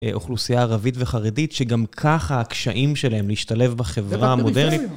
אוכלוסייה ערבית וחרדית, שגם ככה הקשיים שלהם להשתלב בחברה המודרנית.